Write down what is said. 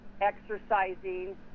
exercising